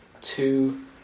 two